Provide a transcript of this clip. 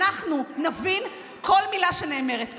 אנחנו נבין כל מילה שנאמרת פה.